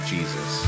Jesus